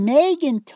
Megan